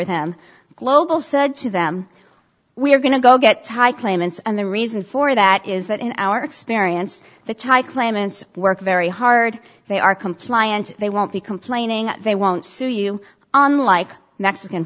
them global said to them we are going to go get thai claimants and the reason for that is that in our experience the thai claimants work very hard they are compliant they won't be complaining they won't sue you unlike mexican